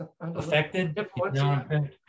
affected